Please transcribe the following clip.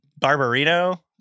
Barbarino